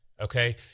Okay